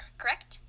correct